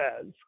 says